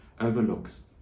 overlooks